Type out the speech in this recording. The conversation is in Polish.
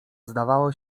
zdawała